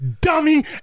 dummy